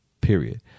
Period